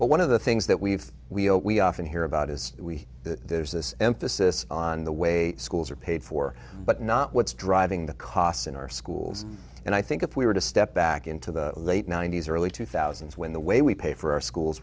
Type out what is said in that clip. but one of the things that we've we'll we often hear about is we there's this emphasis on the way schools are paid for but not what's driving the costs in our schools and i think if we were to step back into the late ninety's early two thousand when the way we pay for our schools